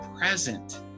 present